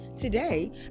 Today